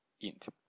int